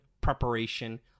preparation